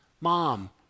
mom